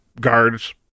guards